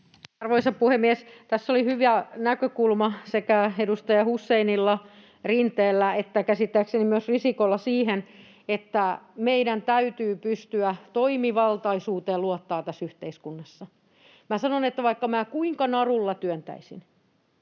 Arvoisa puhemies! Tässä oli hyvä näkökulma sekä edustaja al-Taeella, Rinteellä että käsittääkseni myös Risikolla siihen, että meidän täytyy pystyä luottamaan toimivaltaisuuteen tässä yhteiskunnassa. Minä sanon, että vaikka minä kuinka narulla työntäisin,